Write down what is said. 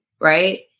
Right